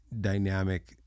dynamic